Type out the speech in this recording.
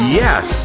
yes